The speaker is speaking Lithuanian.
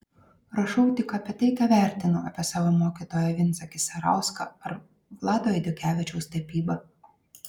rašau tik apie tai ką vertinu apie savo mokytoją vincą kisarauską ar vlado eidukevičiaus tapybą